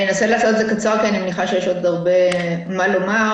אנסה לעשות את זה קצר כי אני מניחה שיש עוד הרבה מה לומר.